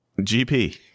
GP